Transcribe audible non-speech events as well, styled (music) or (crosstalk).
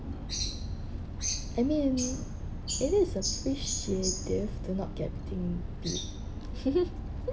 I mean it is appreciative to not getting beat (laughs)